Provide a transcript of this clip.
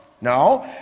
no